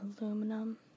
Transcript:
Aluminum